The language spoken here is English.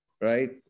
Right